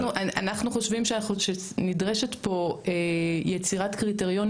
אנחנו חושבים שנדרשת פה יצירת קריטריונים